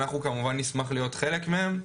אנחנו כמובן נשמח להיות חלק מהם.